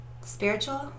spiritual